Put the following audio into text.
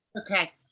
Okay